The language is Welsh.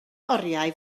oriau